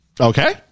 Okay